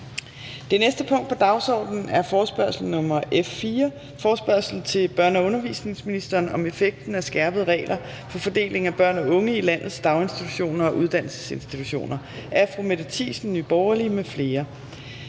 (Fremsættelse 26.11.2020). 29) Forespørgsel nr. F 4: Forespørgsel til børne- og undervisningsministeren om effekten af skærpede regler for fordeling af børn og unge i landets daginstitutioner og uddannelsesinstitutioner. Af Mette Thiesen (NB) m.fl.